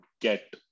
get